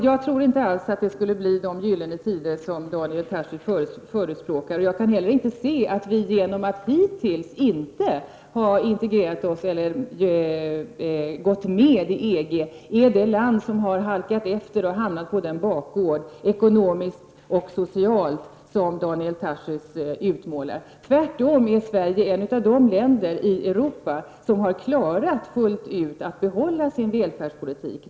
Jag tror inte alls att det skulle bli sådana gyllene tider som Daniel Tarschys talar om, och jag kan inte heller se att vi genom att hittills inte ha gått med i EG blivit ett land som halkat efter och hamnat på den bakgård, ekonomiskt och socialt, som Daniel Tarschys utmålar. Tvärtom är Sverige ett av de länder i Europa som fullt ut har klarat att behålla sin välfärdspolitik.